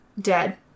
dead